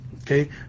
Okay